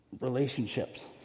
Relationships